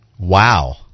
Wow